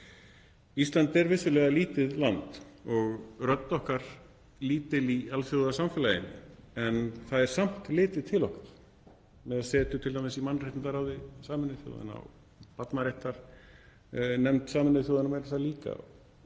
Ísland er vissulega lítið land og rödd okkar lítil í alþjóðasamfélaginu en það er samt litið til okkar með setu t.d. í mannréttindaráði Sameinuðu þjóðanna og barnaréttarnefnd Sameinuðu þjóðanna líka